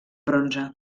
bronze